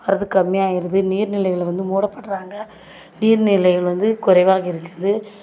வர்றது கம்மியாயிடுது நீர்நிலைகளை வந்து மூடப்படுறாங்க நீர்நிலைகள் வந்து குறைவாக இருக்குது